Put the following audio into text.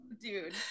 dude